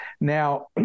Now